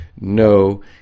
no